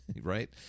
right